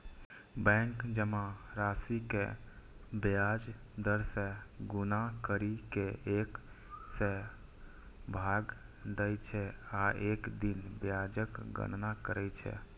bank जमा राशि कें ब्याज दर सं गुना करि कें एक सय सं भाग दै छै आ एक दिन ब्याजक गणना करै छै